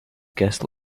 guest